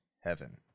heaven